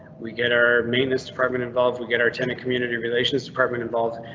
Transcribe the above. we get our maintenance department involved. we get our tenant, community relations department involved.